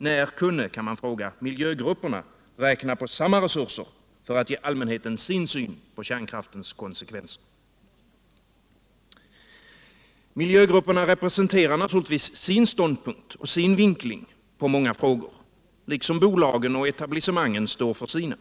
När kunde miljögrupperna räkna med samma resurser för att ge allmänheten sin syn på kärnkraftens konsekvenser? Miljögrupperna representerar naturligtvis sin ståndpunkt och sin vinkling när det gäller många frågor liksom bolagen och etablissemangen har sina synpunkter.